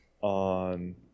on